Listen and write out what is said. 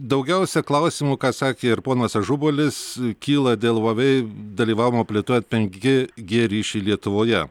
daugiausia klausimų ką sakė ir ponas ažubalis kyla dėl vavei dalyvavimo plėtojant penki g ryšį lietuvoje